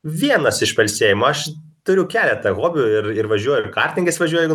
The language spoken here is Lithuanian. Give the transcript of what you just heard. vienas iš pailsėjimų aš turiu keletą hobių ir ir važiuoju ir kartingais važiuoju